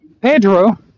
Pedro